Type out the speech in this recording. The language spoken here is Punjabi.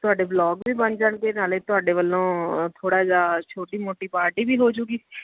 ਤੁਹਾਡੇ ਵਲੋਗ ਵੀ ਬਣ ਜਾਣਗੇ ਨਾਲੇ ਤੁਹਾਡੇ ਵੱਲੋਂ ਥੋੜ੍ਹਾ ਜਿਹਾ ਛੋਟੀ ਮੋਟੀ ਪਾਰਟੀ ਵੀ ਹੋ ਜੂਗੀ